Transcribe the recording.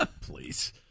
Please